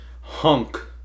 hunk